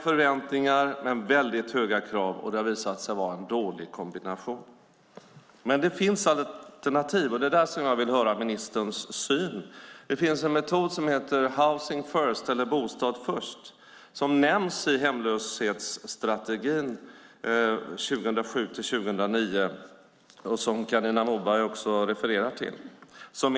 Förväntningarna är låga men kraven mycket höga, och det har visat sig vara en dålig kombination. Det finns dock alternativ, och jag vill höra ministerns syn på det. Det finns en metod som kallas housing first, alltså bostad först, och nämns som ett av tre mål i hemlöshetsstrategin för 2007-2009, vilket Carina Moberg också refererar till.